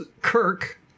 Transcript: Kirk